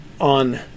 on